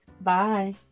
Bye